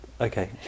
Okay